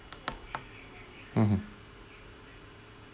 mmhmm